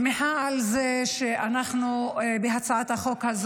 אני שמחה על זה שבהצעת החוק,